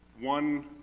one